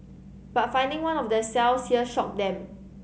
but finding one of their cells here shocked them